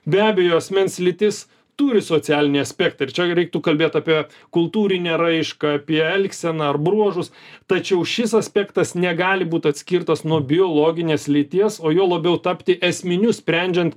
be abejo asmens lytis turi socialinį aspektą ir čia reiktų kalbėt apie kultūrinę raišką apie elgseną ar bruožus tačiau šis aspektas negali būt atskirtas nuo biologinės lyties o juo labiau tapti esminiu sprendžiant